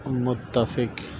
منتفق